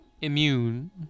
immune